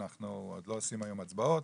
אנחנו עוד לא עושים היום הצבעות